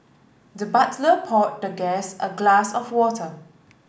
the butler poured the guest a glass of water